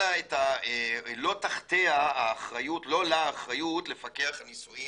לא לה האחריות לפקח על ניסויים